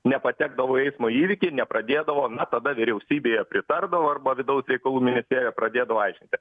nepatekdavo į eismo įvykį nepradėdavo na tada vyriausybėje pritardavo arba vidaus reikalų ministerijo pradėdavo aiškinti